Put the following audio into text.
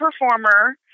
performer